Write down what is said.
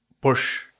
push